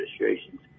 administrations